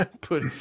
put